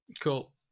Cool